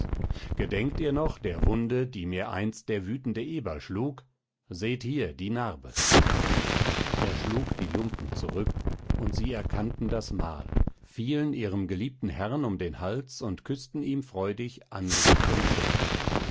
gedenkt ihr noch der wunde die mir einst der wütende eber schlug seht hier die narbe er schlug die lumpen zurück und sie erkannten das mal fielen ihrem geliebten herrn um den hals und küßten ihm freudig angesicht und schultern